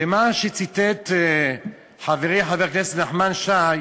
ומה שציטט חברי חבר הכנסת נחמן שי,